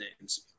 names